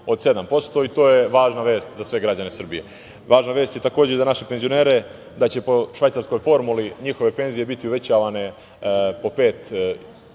od 7% i to je važna vest za sve građane Srbije. Važna vest je i za naše penzionere da će, po švajcarskoj formuli, njihove penzije biti uvećavane po 5,6%